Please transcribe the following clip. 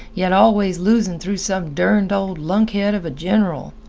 yet always losing through some derned old lunkhead of a general.